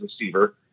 receiver